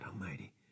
Almighty